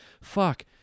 fuck